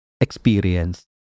experience